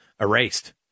erased